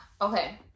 okay